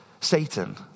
Satan